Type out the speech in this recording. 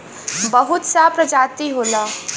बहुत सा प्रजाति होला